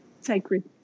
sacred